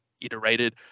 iterated